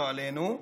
לא עלינו,